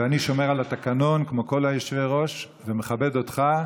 ואני שומר על התקנון כמו כל יושבי-הראש ומכבד אותך,